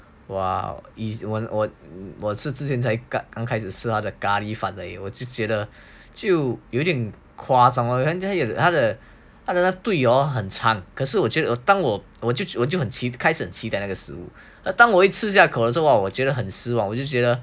!wah! 我是之前才开始吃咖喱饭我就觉得就有点夸张了他的队很长可是我觉得当我就我就很期待 see then 那个当我一吃下口哦我觉得很失望我就觉得